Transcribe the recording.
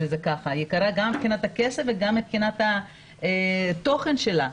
יקרה גם מבחינת הכסף וגם מבחינת התוכן שלה.